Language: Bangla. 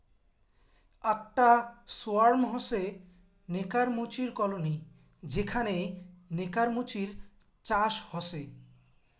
আকটা সোয়ার্ম হসে নেকার মুচির কলোনি যেখানে নেকার মুচির চাষ হসে